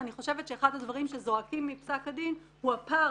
ואני חושבת שאחד הדברים שזועקים מפסק הדין הוא הפער